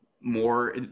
more